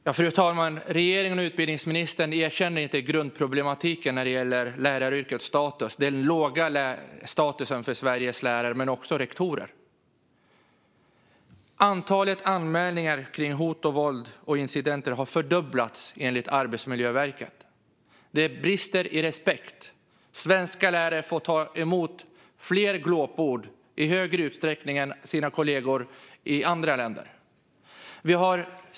Fru talman! Regeringen och utbildningsministern erkänner inte grundproblematiken när det gäller läraryrkets status: den låga statusen för Sveriges lärare och rektorer. Antalet anmälningar om hot, våld och incidenter har fördubblats, enligt Arbetsmiljöverket. Det brister i fråga om respekt. Svenska lärare får ta emot glåpord i högre utsträckning än kollegor i andra länder.